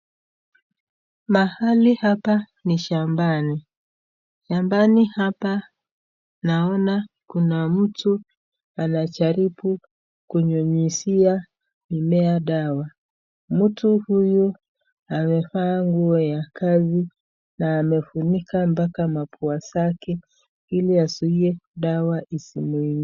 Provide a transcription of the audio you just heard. Mahali hapa ni shambani. Shambani hapa naona kuna mtu anajaribu kunyunyuzia mimea dawa. Mtu huyu amevaa nguo ya kazi na amefunika mpaka mapua zake ili azuie dawa isimwing..